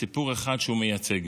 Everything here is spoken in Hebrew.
סיפור אחד שהוא מייצג.